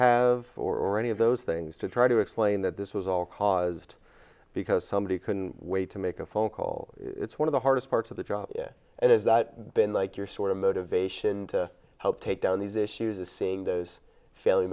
have or any of those things to try to explain that this was all caused because somebody couldn't wait to make a phone call it's one of the hardest parts of the job and has that been like your sort of motivation to help take down these issues is seeing those fail